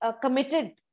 committed